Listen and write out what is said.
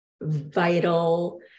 vital